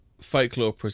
folklore